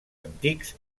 antics